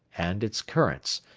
and its currents,